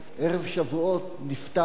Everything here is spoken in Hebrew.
בערב שבועות הוא נפטר.